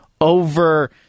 over